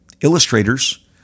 illustrators